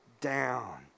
down